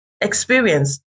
experience